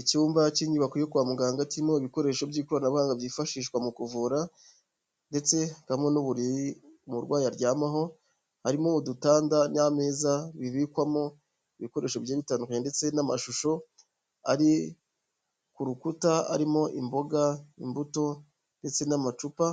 Icyumba k'inyubako yo kwa muganga kirimo ibikoresho by'ikoranabuhanga byifashishwa mu kuvura ndetse hakabamo n'uburiri umurwayi aryamaho, harimo udutanda n'ameza bibikwamo ibikoresho bigiye bitandukanye ndetse n'amashusho ari ku rukuta arimo imboga, imbuto ndetse n'amacupa,